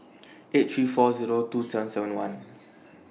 eight three four Zero two seven seven one